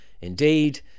Indeed